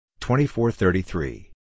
2433